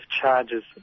charges